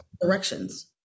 directions